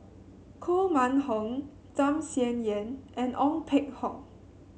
Koh Mun Hong Tham Sien Yen and Ong Peng Hock